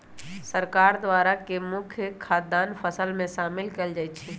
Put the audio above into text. सरकार द्वारा के मुख्य मुख्य खाद्यान्न फसल में शामिल कएल जाइ छइ